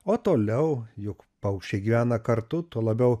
o toliau juk paukščiai gyvena kartu tuo labiau